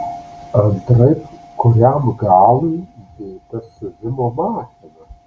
antraip kuriam galui jai ta siuvimo mašina